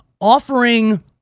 offering